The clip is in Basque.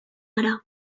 gara